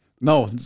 No